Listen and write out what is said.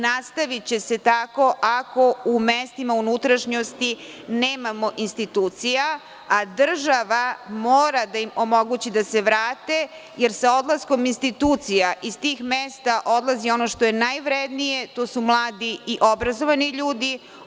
Nastaviće se tako u mestima unutrašnjosti nemamo institucija, a država mora da im omogući da se vrate, jer sa odlaskom institucija iz tih mesta odlazi ono što je najvrednije, a to su mladi i obrazovani ljudi.